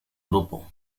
grupo